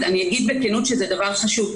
אני אגיד בכנות שזה דבר חשוב.